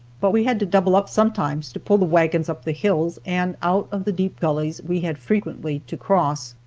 but we had to double up sometimes to pull the wagons up the hills and out of the deep gullies we had frequently to cross,